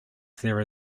there